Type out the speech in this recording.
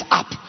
up